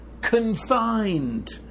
confined